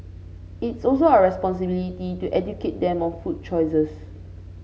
it's also our responsibility to educate them on food choices